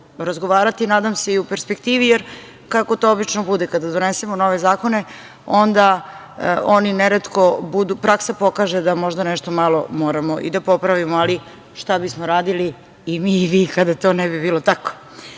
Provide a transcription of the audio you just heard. razgovarat, nadam se i u perspektivi, jer, kako to obično bude, kada donesemo nove zakone, onda praksa pokaže da možda nešto malo moramo i da popravimo, ali šta bismo radili i mi i vi kada to ne bi bilo